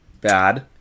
Bad